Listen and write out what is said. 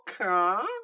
okay